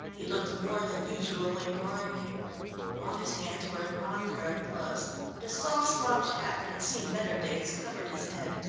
he looked more than usually grimy on his hands were an odd pair of gloves and a soft slouch hat that had seen better days, covered his head.